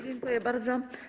Dziękuję bardzo.